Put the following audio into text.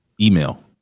Email